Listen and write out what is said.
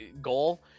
goal